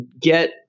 get